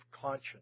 conscience